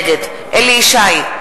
נגד אליהו ישי,